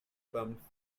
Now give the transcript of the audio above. pumped